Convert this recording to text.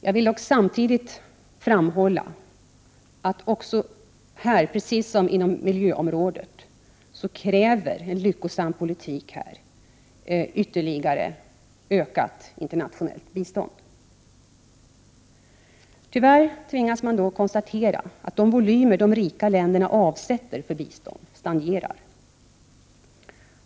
Jag vill dock samtidigt framhålla att även här, precis som på miljöområdet, kräver en lyckosam politik ytterligare ökat internationellt bistånd. Tyvärr tvingas man konstatera att de volymer som de rika länderna avsätter för bistånd stagnerar.